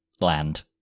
land